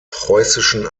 preußischen